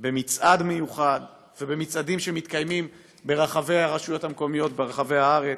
במצעד מיוחד ובמצעדים שמתקיימים ברשויות המקומיות ברחבי הארץ,